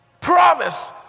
promise